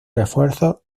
refuerzos